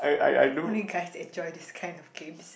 only guys enjoy this kind of games